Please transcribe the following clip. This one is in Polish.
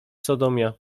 sodomia